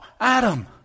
Adam